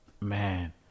man